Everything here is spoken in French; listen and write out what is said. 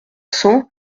cent